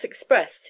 expressed